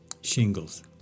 shingles